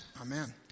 amen